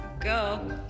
go